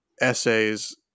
essays